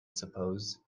suppose